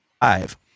five